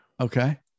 Okay